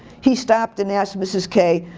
he stopped and asked mrs. k,